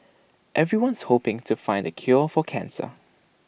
everyone's hoping to find the cure for cancer